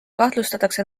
kahtlustatakse